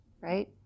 right